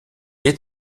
est